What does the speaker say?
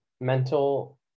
mental